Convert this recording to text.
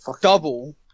double